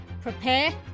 Prepare